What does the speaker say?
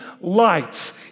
lights